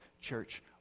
Church